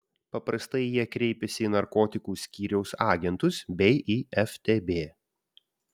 paprastai jie kreipiasi į narkotikų skyriaus agentus bei į ftb